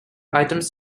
items